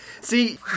see